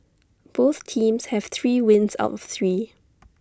both teams have three wins out of three